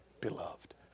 beloved